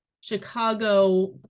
Chicago